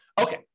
Okay